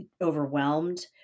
overwhelmed